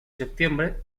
septiembre